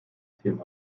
system